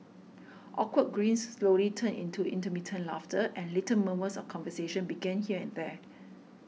awkward grins slowly turned into intermittent laughter and little murmurs of conversation began here and there